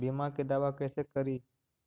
बीमा के दावा कैसे करी?